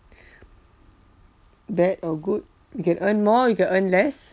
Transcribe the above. bad or good you can earn more you can earn less